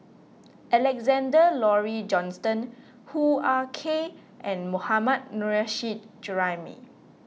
Alexander Laurie Johnston Hoo Ah Kay and Mohammad Nurrasyid Juraimi